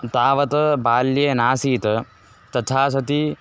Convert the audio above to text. तावत् बाल्ये नासीत् तथा सति